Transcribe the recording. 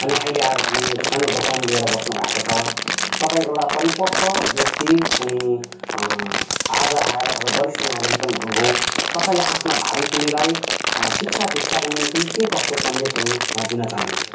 अनि अहिले आएर तपाईँ यो सानो दोकान लिएर बस्नु भएको छ तपाईँ एउटा परिपक्क व्यक्ति अनि आज आएर तपाईँ वरिष्ठ नागरिक पनि हुनु भयो तपाईँले आफ्ना भावी पिँढीलाई शिक्षा दिक्षाको निम्ति के कस्ता सन्देशहरू दिन चाहनु हुन्छ